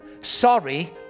Sorry